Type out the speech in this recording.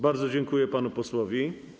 Bardzo dziękuję panu posłowi.